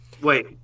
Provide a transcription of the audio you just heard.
Wait